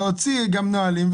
להוציא נהלים,